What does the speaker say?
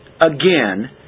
again